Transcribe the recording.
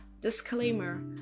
Disclaimer